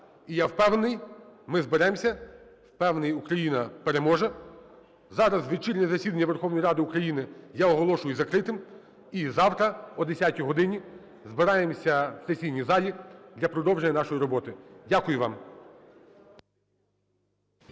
і я впевнений, ми зберемося, впевнений, Україна переможе. Зараз вечірнє засідання Верховної Ради України я оголошую закритим, і завтра о 10 годині збираємося в сесійній залі для продовження нашої роботи. Дякую вам.